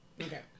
Okay